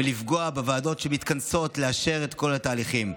ולפגיעה בוועדות שמתכנסות לאשר את כל התהליכים.